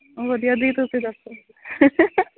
ਵਧੀਆ ਦੀਦੀ ਤੁਸੀਂ ਦੱਸੋ